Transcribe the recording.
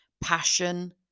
passion